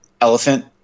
Elephant